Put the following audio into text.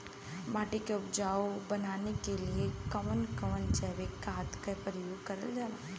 माटी के उपजाऊ बनाने के लिए कौन कौन जैविक खाद का प्रयोग करल जाला?